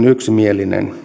yksimielinen